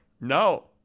No